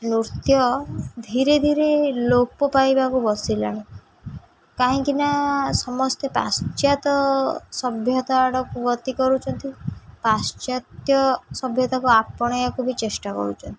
ନୃତ୍ୟ ଧୀରେ ଧୀରେ ଲୋପ ପାଇବାକୁ ବସିଲାଣି କାହିଁକିନା ସମସ୍ତେ ପାଶ୍ଚାତ୍ୟ ସଭ୍ୟତା ଆଡ଼କୁ ଗତି କରୁଛନ୍ତି ପାଶ୍ଚାତ୍ୟ ସଭ୍ୟତାକୁ ଆପଣାଇବାକୁ ବି ଚେଷ୍ଟା କରୁଛନ୍ତି